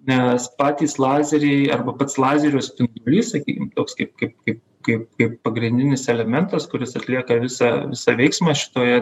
nes patys lazeriai arba pats lazerio spindulys sakykim toks kaip kaip kaip kaip kaip pagrindinis elementas kuris atlieka visą visą veiksmą šitoje